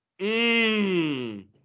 Mmm